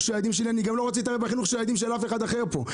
של הילדים שלי ואני גם לא רוצה להתערב בחינוך של ילדים של מישהו אחר פה.